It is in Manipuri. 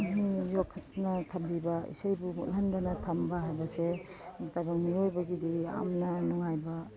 ꯑꯗꯨꯝ ꯌꯣꯛꯈꯠꯇꯨꯅ ꯊꯝꯕꯤꯕ ꯏꯁꯩꯕꯨ ꯃꯨꯠꯍꯟꯗꯅ ꯊꯝꯕ ꯍꯥꯏꯕꯁꯦ ꯇꯥꯏꯕꯪ ꯃꯤꯑꯣꯏꯕꯒꯤꯗꯤ ꯌꯥꯝꯅ ꯅꯨꯡꯉꯥꯏꯕ